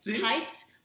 tights